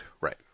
right